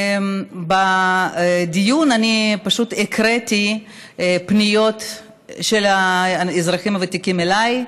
בדיון אני פשוט הקראתי פניות של האזרחים הוותיקים אליי,